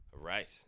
Right